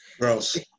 Gross